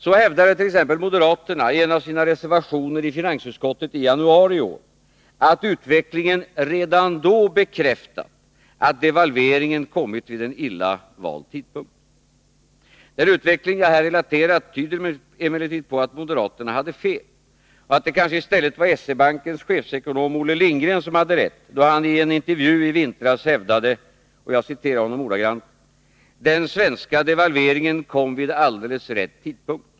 Så hävdade t.ex. moderaterna i en av sina reservationer i finansutskottet i januari i år att utvecklingen redan då ”bekräftat” att ”devalveringen kommit vid en illa vald tidpunkt”. Den utveckling jag här relaterat tyder emellertid på att moderaterna hade fel — och att det kanske i stället var SE-bankens chefsekonom Olle Lindgren som hade rätt, då han i en intervju i vintras hävdade: ”Den svenska devalveringen kom vid alldeles rätt tidpunkt.